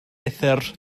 uthr